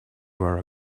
were